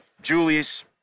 Julius